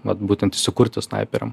vat būtent įsikurti snaiperiam